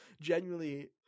genuinely